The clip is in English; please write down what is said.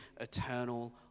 eternal